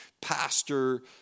pastor